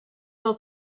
will